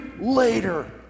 later